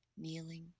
kneeling